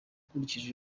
nkurikije